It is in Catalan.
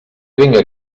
vinga